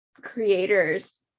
creators